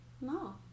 no